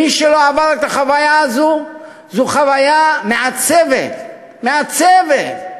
מי שלא עבר את החוויה הזו, זו חוויה מעצבת, מעצבת,